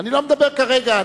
אני לא מדבר כרגע,